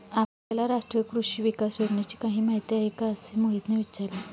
आपल्याला राष्ट्रीय कृषी विकास योजनेची काही माहिती आहे का असे मोहितने विचारले?